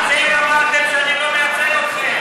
אתם אמרתם שאני לא מייצג אתכם.